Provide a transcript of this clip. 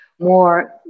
more